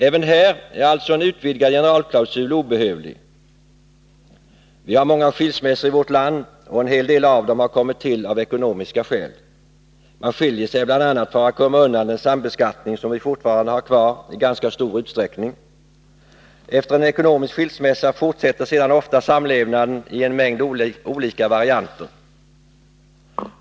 Även här är alltså en Vi har många skilsmässor i vårt land, och en hel del av dem har kommit till av ekonomiska skäl. Man skiljer sig bl.a. för att komma undan den sambeskattning som vi fortfarande har kvar i ganska stor utsträckning. Efter en ekonomisk skilsmässa fortsätter sedan ofta samlevnaden i en mängd olika varianter.